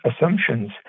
assumptions